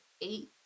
eight